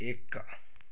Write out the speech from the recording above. ਇੱਕ